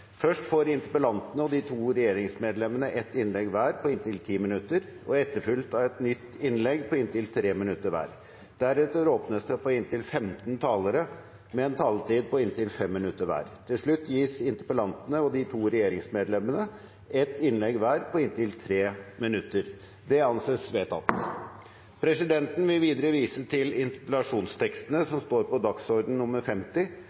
Først får interpellantene og de to regjeringsmedlemmene ett innlegg hver på inntil 10 minutter, etterfulgt av et nytt innlegg på inntil 3 minutter hver. Deretter åpnes det for inntil 15 talere med en taletid på inntil 5 minutter hver. Til slutt gis interpellantene og de to regjeringsmedlemmene et innlegg hver på inntil 3 minutter. – Det anses vedtatt. Presidenten vil videre vise til interpellasjonstekstene som står på dagsorden nr. 50,